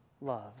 love